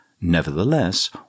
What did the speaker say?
nevertheless